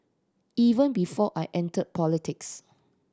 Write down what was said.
even before I entered politics